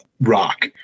rock